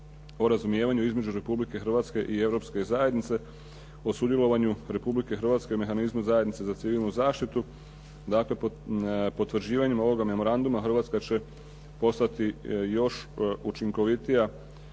o razumijevanju između Republike Hrvatske i Europske zajednice o sudjelovanju Republike Hrvatske u “Mehanizmu zajednice za civilnu zaštitu“. Dakle, potvrđivanjem ovoga memoranduma Hrvatska će postati još učinkovitija